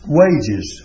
wages